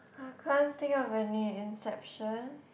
I can't think of any inception